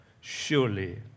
surely